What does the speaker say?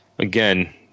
Again